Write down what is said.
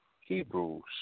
Hebrews